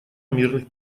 мирных